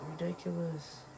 Ridiculous